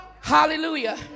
Hallelujah